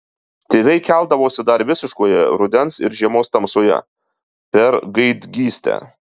tėvai keldavosi dar visiškoje rudens ar žiemos tamsoje per gaidgystę